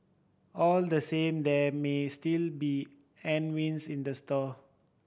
all the same there may still be headwinds in the store